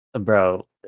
Bro